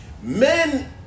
Men